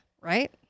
right